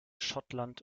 schottland